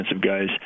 guys –